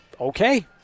Okay